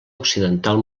occidental